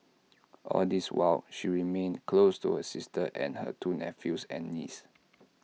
all this while she remained close to her sister and her two nephews and niece